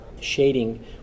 shading